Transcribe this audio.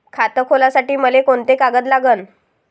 खात खोलासाठी मले कोंते कागद लागन?